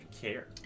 care